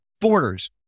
borders